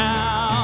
Now